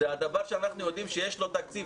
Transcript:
זה הדבר שאנחנו יודעים שיש לו תקציב,